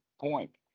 point